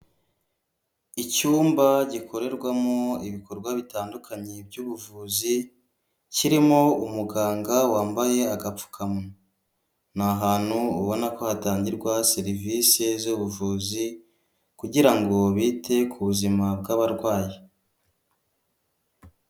Icyumba gikorerwamo ibikorwa bitandukanye by'ubuvuzi, kirimo umuganga wambaye agapfukamunwa, ni ahantu ubona ko hatangirwa serivisi z'ubuvuzi, kugira ngo bite ku buzima bw'abarwayi.